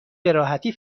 بهراحتی